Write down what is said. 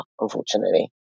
unfortunately